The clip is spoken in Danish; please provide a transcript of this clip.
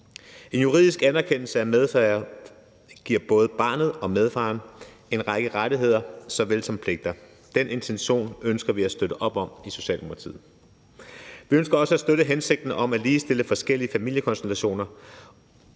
En juridisk anerkendelse af medfaderskab giver både barnet og medfaren en række rettigheder såvel som pligter. Den intention ønsker vi at støtte op om i Socialdemokratiet. Vi ønsker også at støtte hensigten om at ligestille forskellige familiekonstellationer,